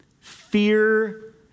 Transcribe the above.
Fear